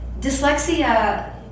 dyslexia